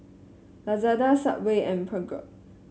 Lazada Subway and Peugeot